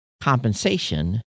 compensation